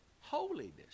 holiness